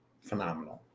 phenomenal